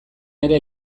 ere